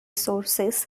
sources